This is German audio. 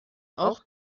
auch